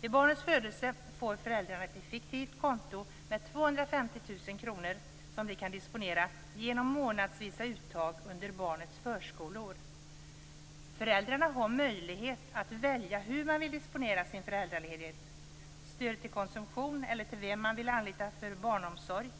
Vid barnets födelse får föräldrarna ett effektivt konto med 250 000 kr som de kan disponera genom månadsvisa uttag under barnets förskoleår. Föräldrarna har möjlighet att välja hur de vill disponera sin föräldraledighet - stöd till konsumtion eller till den som man vill anlita för barnomsorg.